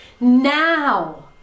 now